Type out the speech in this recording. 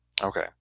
Okay